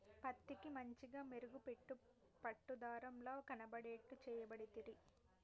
పత్తికి మంచిగ మెరుగు పెట్టి పట్టు దారం ల కనబడేట్టు చేయబడితిరి